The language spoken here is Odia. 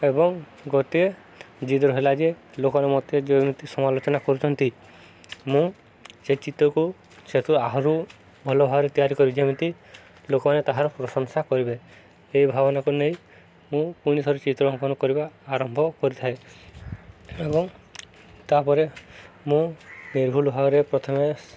ଏବଂ ଗୋଟିଏ ଜିଦ୍ ରହିଲା ଯେ ଲୋକମାନେ ମୋତେ ଯେମିତି ସମାଲୋଚନା କରୁଛନ୍ତି ମୁଁ ସେ ଚିତ୍ରକୁ ସେହେତୁ ଆହୁରି ଭଲ ଭାବରେ ତିଆରି କରିବି ଯେମିତି ଲୋକମାନେ ତାହାର ପ୍ରଶଂସା କରିବେ ଏହି ଭାବନାକୁ ନେଇ ମୁଁ ପୁଣିଥରେ ଚିତ୍ର ଅଙ୍କନ କରିବା ଆରମ୍ଭ କରିଥାଏ ଏବଂ ତାପରେ ମୁଁ ନିର୍ଭୁଲ ଭାବରେ ପ୍ରଥମେ